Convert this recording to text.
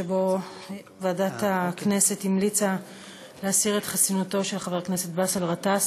שבו ועדת הכנסת המליצה להסיר את חסינותו של חבר הכנסת באסל גטאס.